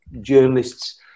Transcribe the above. journalists